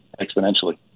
exponentially